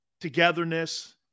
togetherness